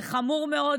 זה חמור מאוד,